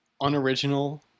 unoriginal